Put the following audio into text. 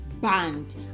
banned